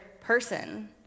person